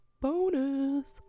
bonus